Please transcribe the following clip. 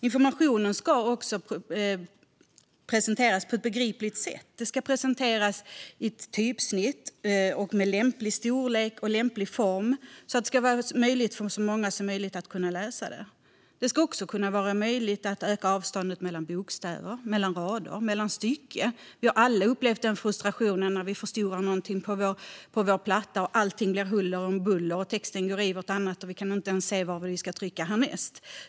Information ska också presenteras på ett begripligt sätt med ett typsnitt i lämplig storlek och form för att möjliggöra för så många som möjligt att läsa den. Även avståndet mellan bokstäver, rader och stycken ska kunna ökas. Jag är aldrig så frustrerad som när jag förstorar något på min platta och det blir huller om buller, texterna går in i varandra och jag inte kan se var jag ska trycka härnäst.